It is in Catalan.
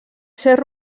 ser